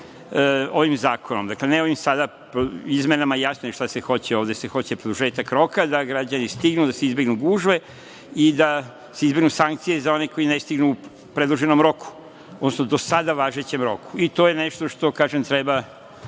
ovim zakonom, ne ovim sada izmenama, jasno je šta se hoće, ovde se hoće produžetak roka da građani stignu da izbegnu gužve i da se izbegnu sankcije za one koji ne stignu u predloženom roku, odnosno do sada važećem roku. To je nešto što treba